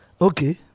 okay